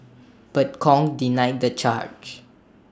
but Kong denied the charge